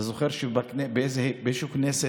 אתה זוכר שבאיזושהי כנסת,